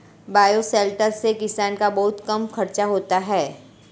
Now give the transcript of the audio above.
bioshelter से किसान का बहुत कम खर्चा होता है